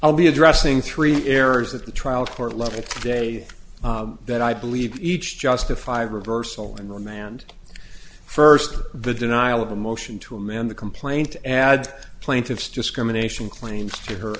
i'll be addressing three errors that the trial court level day that i believe each justified reversal and remand first the denial of a motion to amend the complaint add plaintiff's discrimination claims to her